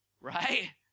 Right